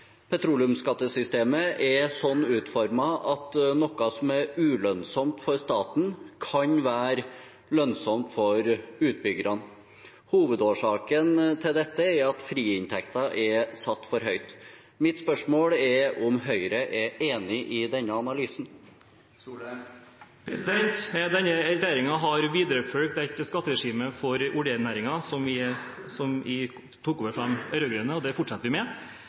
petroleumsskattesystemet ikke er nøytralt. Petroleumsskattesystemet er slik utformet at noe som er ulønnsomt for staten, kan være lønnsomt for utbyggerne. Hovedårsaken til dette er at friinntekten er satt for høyt. Mitt spørsmål er om Høyre er enig i denne analysen. Denne regjeringen har videreført et skatteregime for oljenæringen som vi tok over fra de rød-grønne, og det fortsetter vi med.